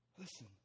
Listen